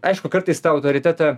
aišku kartais tą autoritetą